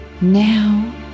Now